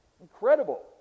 incredible